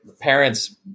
parents